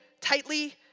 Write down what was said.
tightly